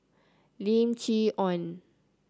Lim Chee Onn